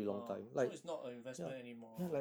ah so it's not a investment anymore lor